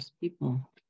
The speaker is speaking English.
people